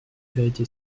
vérité